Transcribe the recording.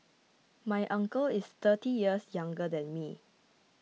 my uncle is thirty years younger than me